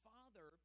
Father